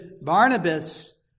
Barnabas